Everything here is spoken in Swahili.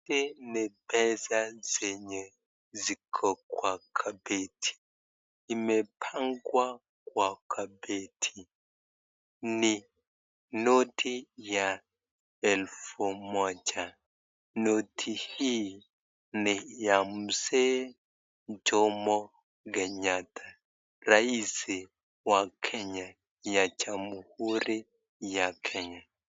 Hizi ni pesa zenye ziko kwa kapeti, imepangwa kwa kapeti ni noti ya elfu moja, noti hii ni ya Mzee Jomo Kenyatta rais wa Kenya ya jamhuri ya Kenya .